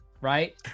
Right